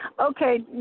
Okay